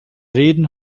reden